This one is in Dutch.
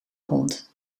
hond